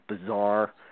bizarre